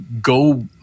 go